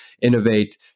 innovate